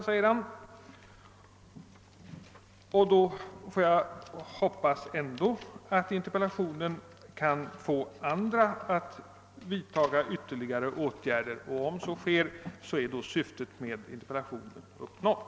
Då hoppas jag bara att interpellationen kan få andra att vidta ytterligare åtgärder. Om så sker är syftet med interpellationen ändå uppnått.